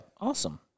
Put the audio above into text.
awesome